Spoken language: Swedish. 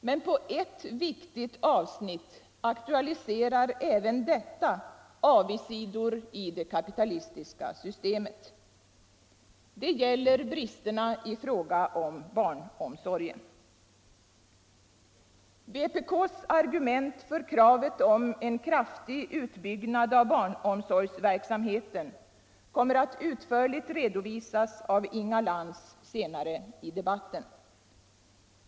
Men på ett viktigt avsnitt aktualiserar även detta avigsidor i det kapitalistiska systemet. Det gäller bristerna i fråga om barnomsorgen. Vpk:s argument för kravet på en kraftig utbyggnad av barnomsorgsverksamheten kommer att utförligt redovisas av Inga Lantz senare i debatten.